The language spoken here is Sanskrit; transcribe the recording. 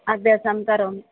अभ्यासं करोमि